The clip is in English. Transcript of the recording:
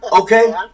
Okay